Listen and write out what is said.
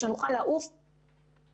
הצורך שייווצר לעמוד בחוק הפיקוח